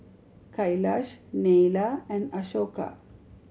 Kailash Neila and Ashoka